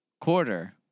Quarter